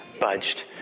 budged